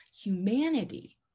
humanity